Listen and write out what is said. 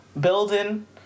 building